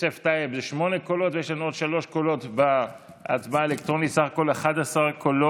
אוסיף כבר להצבעה את